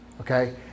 okay